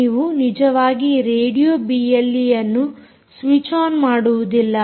ನೀವು ಇಲ್ಲಿ ನಿಜವಾಗಿ ರೇಡಿಯೊ ಬಿಎಲ್ಈಯನ್ನು ಸ್ವಿಚ್ ಆನ್ ಮಾಡುವುದಿಲ್ಲ